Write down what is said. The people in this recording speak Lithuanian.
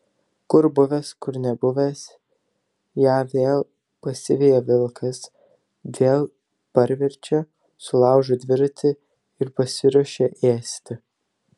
kur buvęs kur nebuvęs ją vėl pasiveja vilkas vėl parverčia sulaužo dviratį ir pasiruošia ėsti